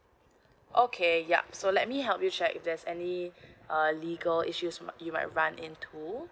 okay yup so let me help you check if there's any uh legal issues you might run into